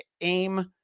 AIM